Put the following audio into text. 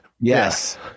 Yes